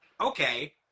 okay